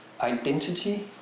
identity